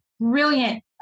brilliant